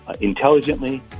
intelligently